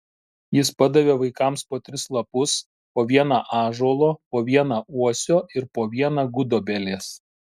jis padavė vaikams po tris lapus po vieną ąžuolo po vieną uosio ir po vieną gudobelės